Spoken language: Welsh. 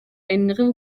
unrhyw